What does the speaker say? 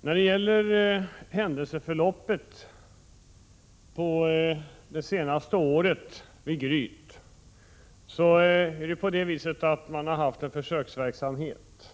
Vid Gryt har man det senaste året haft en försöksverksamhet,